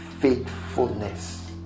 faithfulness